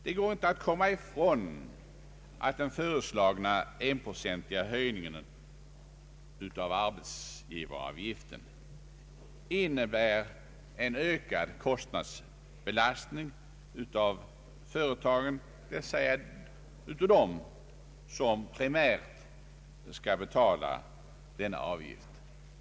Det går inte att komma ifrån att den föreslagna enprocentiga höjningen av arbetsgivaravgiften innebär en ökad kostnadsbelastning av företagen, dvs. dem som primärt skall betala denna avgift.